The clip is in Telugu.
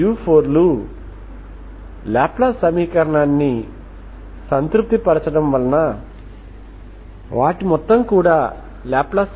ఒకసారి c1సున్నా c2 0 అంటే దీని అర్థం Xx0